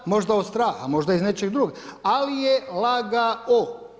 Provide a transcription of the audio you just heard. Možda od straha, možda iz nečeg drugog, ali je lagao.